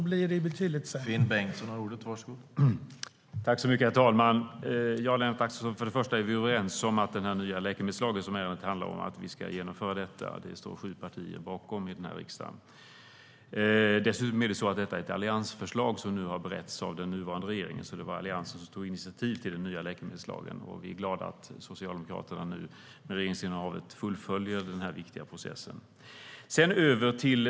Herr talman! Vi är överens om att den nya läkemedelslagen, som ärendet handlar om, ska genomföras, Lennart Axelsson. Det står sju partier i den här riksdagen bakom. Det är ett alliansförslag som har beretts av den nuvarande regeringen. Det var alltså Alliansen som tog initiativ till den nya läkemedelslagen, och vi är glada att Socialdemokraterna fullföljer denna viktiga process under sitt regeringsinnehav.